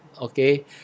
okay